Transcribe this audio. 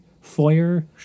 Foyer